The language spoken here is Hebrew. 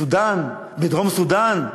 בסודאן, בדרום-סודאן.